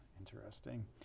Interesting